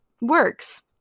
works